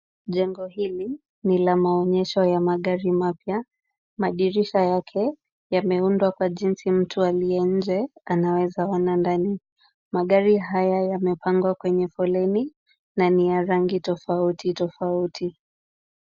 Jengo hili ni la maonyesho ya magari mapya. Madirisha yake yameundwa kwa jinsi mtu aliye nje anaweza ona ndani. Magari haya yamepangwa kwenye foleni na ni ya rangi tofauti tofauti.